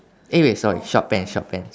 eh wait sorry short pants short pants